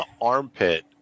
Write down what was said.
armpit